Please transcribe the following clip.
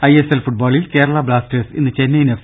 ISL ഫുട്ബോളിൽ Kerala Blasters ഇന്ന് Chennaiyin F